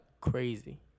crazy